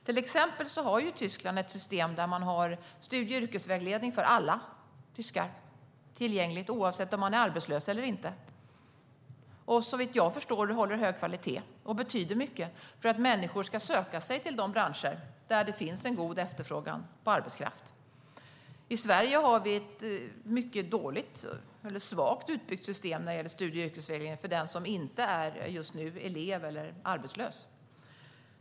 Till exempel har Tyskland ett system med studie och yrkesvägledning tillgängligt för alla tyskar, oavsett om man är arbetslös eller inte, och som såvitt jag förstår håller hög kvalitet och betyder mycket för att människor ska söka sig till de branscher där det finns en god efterfrågan på arbetskraft. I Sverige har vi ett svagt utbyggt system när det gäller studie och yrkesvägledning för den som inte är elev eller arbetslös.